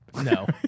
No